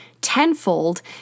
Tenfold